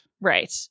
Right